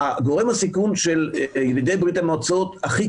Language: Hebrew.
גורם הסיכון של ילידי ברית המועצות הכי